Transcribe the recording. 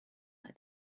like